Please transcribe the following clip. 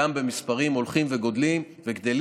גם במספרים הולכים וגדלים.